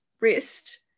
wrist